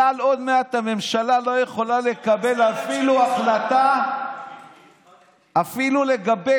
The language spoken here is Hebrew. בכלל עוד מעט הממשלה לא יכולה לקבל החלטה אפילו לגבי,